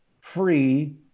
free